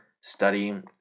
studying